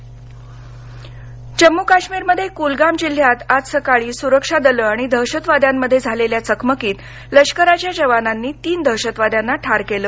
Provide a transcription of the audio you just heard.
जम्मू काश्मीर जम्मू काश्मीरमध्ये कुलगाम जिल्ह्यात आज सकाळी सुरक्षादलं आणि दहशतवाद्यांमध्ये झालेल्या चकमकीत लष्कराच्या जवानांनी तीन दहशतवाद्यांना ठार केलं